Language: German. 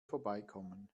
vorbeikommen